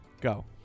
Go